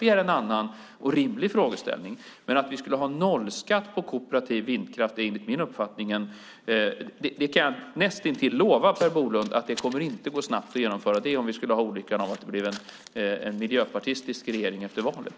Det är en annan och rimlig frågeställning. Men jag kan näst intill lova Per Bolund att det inte kommer att gå snabbt att genomföra en nollskatt på kooperativ vindkraft om olyckan skulle vara framme och det blev en miljöpartistisk regering efter valet.